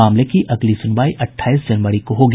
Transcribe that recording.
मामले की अगली सुनवाई अठाईस जनवरी को होगी